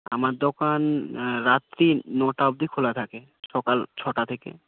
আমার দোকান রাত্রি নটা অবধি খোলা থাকে সকাল ছটা থেকে